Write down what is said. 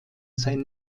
sein